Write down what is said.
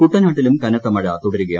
കുട്ടനാട്ടിലും കനത്ത മഴ തുടരുകയാണ്